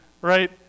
right